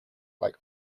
like